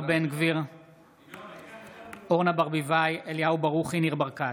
ניר ברקת,